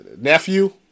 nephew